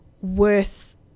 worth